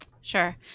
Sure